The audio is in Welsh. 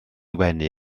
wenu